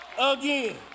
again